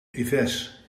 yves